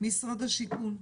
משרד השיכון,